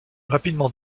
rapidement